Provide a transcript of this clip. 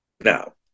Now